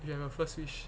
you have a first wish